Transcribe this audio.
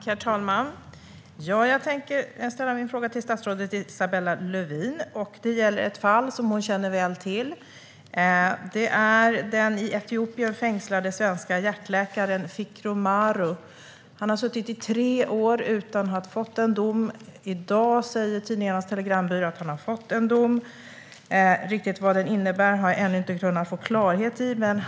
Herr talman! Jag tänker ställa min fråga till statsrådet Isabella Lövin. Det gäller ett fall som hon känner väl till. Det gäller den i Etiopien fängslade svenske hjärtläkaren Fikru Maru. Han har suttit i tre år utan att ha fått en dom. I dag säger Tidningarnas Telegrambyrå att han har fått en dom. Riktigt vad den innebär har jag ännu inte kunnat få klarhet i.